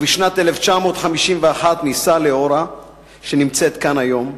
ובשנת 1951 נישא לאורה שנמצאת כאן היום.